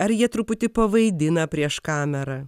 ar jie truputį pavaidina prieš kamerą